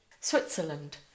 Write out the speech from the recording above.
switzerland